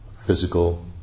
physical